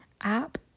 app